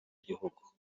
gihugu